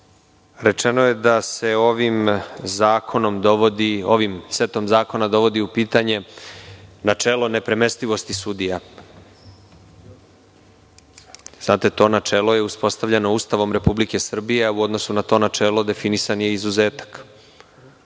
Rečeno je da se ovim setom zakona dovodi u pitanje načelo nepremestivosti sudija. To načelo je uspostavljeno Ustavom Republike Srbije a u odnosu na to načelo definisan je izuzetak.